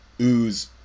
ooze